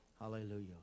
hallelujah